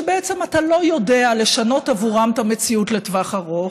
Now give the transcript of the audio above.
שבעצם אתה לא יודע לשנות עבורם את המציאות לטווח ארוך,